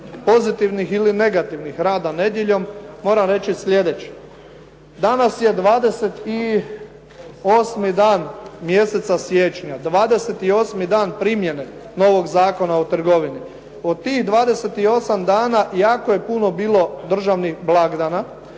pozitivnih ili negativnih, rada nedjeljom, moram reći sljedeće. Danas je 28 dan mjeseca siječnja, 28 dan primjene novog Zakona primjene novoga Zakona o trgovini. Od tih 28 dana, jako je puno bilo državnih blagdana,